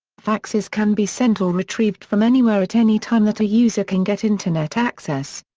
faxes can be sent or retrieved from anywhere at any time that a user can get internet access.